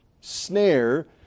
snare